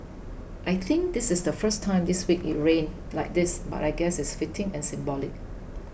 I think this is the first time this week it rained like this but I guess it's fitting and symbolic